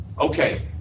Okay